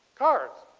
cars.